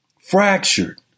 fractured